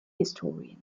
historian